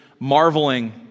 marveling